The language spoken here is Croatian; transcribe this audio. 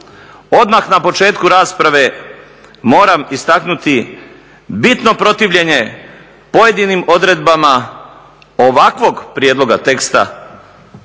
odmah na početku rasprave moram istaknuti bitno protivljenje pojedinim odredbama ovakvog prijedloga teksta